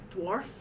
dwarf